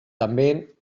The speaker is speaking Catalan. també